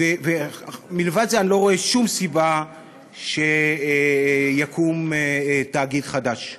מלבד זה אני לא רואה שום סיבה שיקום תאגיד חדש.